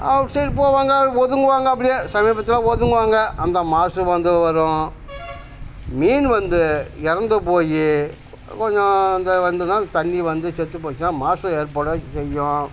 சரி போவாங்க ஒதுங்குவாங்க அப்படியே சமீபத்தில் ஒதுங்குவாங்க அந்த மாசு வந்து வரும் மீன் வந்து இறந்து போய் கொஞ்சம் அந்த வந்து தான் தண்ணி வந்து செத்து போச்சுன்னா மாசு ஏற்பட செய்யும்